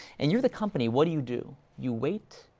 and you're the company, what do you do? you wait,